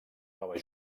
nova